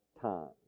times